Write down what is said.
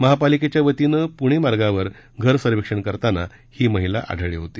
महापालिकेच्या वतीने पूणे मार्गावर घर सर्वेक्षण करताना ही महिला आढळली होती